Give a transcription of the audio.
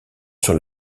sur